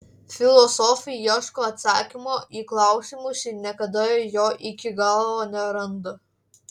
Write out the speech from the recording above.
filosofai ieško atsakymo į klausimus ir niekada jo iki galo neranda